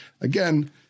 again